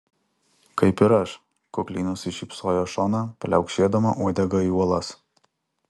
kaip ir aš kukliai nusišypsojo šona pliaukšėdama uodega į uolas